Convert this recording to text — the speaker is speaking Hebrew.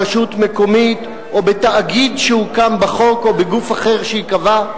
ברשות מקומית או בתאגיד שהוקם בחוק או בגוף אחר שייקבע.